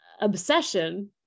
obsession